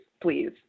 please